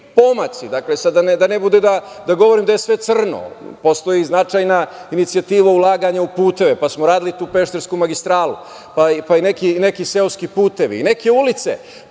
pomaci, da ne bude da govorim da je sve crno, postoji značajna inicijativa ulaganja u puteve, pa smo radili tu peštersku magistralu, pa i neke seoske puteve i neke ulice